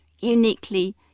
uniquely